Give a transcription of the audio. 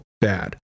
Bad